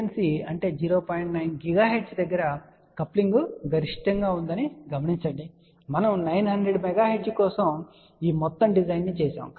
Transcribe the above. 9 GHz దగ్గర coupling గరిష్టంగా ఉంది అని గమనించండి మనము 900 MHz కోసం ఈ మొత్తం డిజైన్ చేసాము